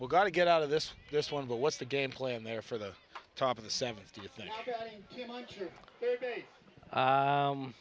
we've got to get out of this this one but what's the game plan there for the top of the sevent